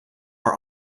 are